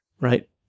Right